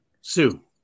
Sue